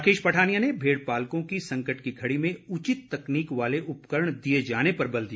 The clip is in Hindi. राकेश पठानिया ने भेड़पालकों को संकट की घड़ी में उचित तकनीक वाले उपकरण दिए जाने पर बल दिया